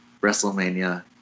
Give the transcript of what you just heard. wrestlemania